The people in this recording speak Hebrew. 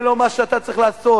זה לא מה שאתה צריך לעשות.